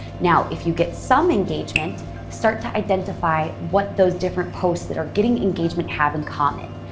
now, if you get some engagement, start to identify what those different posts that are getting engagement have in common.